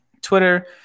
Twitter